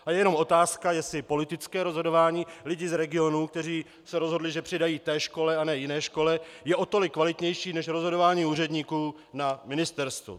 A je jenom otázka, jestli politické rozhodování lidí z regionů, kteří se rozhodli, že přidají té škole a ne jiné škole, je o tolik kvalitnější než rozhodování úředníků na ministerstvu.